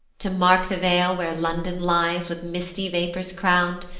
to mark the vale where london lies with misty vapours crown'd,